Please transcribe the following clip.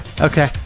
Okay